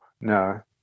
no